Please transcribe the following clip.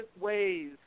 ways